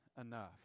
enough